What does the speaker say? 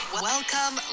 Welcome